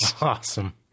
awesome